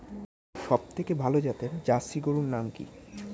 সবথেকে ভালো জাতের জার্সি গরুর নাম কি?